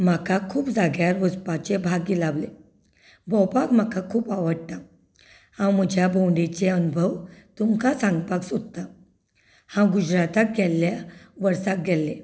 म्हाका खूब जाग्यार वचपाचें भाग्य लाबलें भोंवपाक म्हाका खूप आवडटा हांव म्हज्या भोंवडेचे अणभव तुमकां सांगपाक सोदता हांव गुजराताक गेल्लें वर्साक गेल्लें